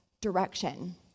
direction